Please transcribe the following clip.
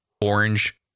Orange